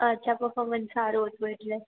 અચ્છા પફોર્મન્સ સારું હતું એટલે